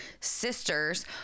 sisters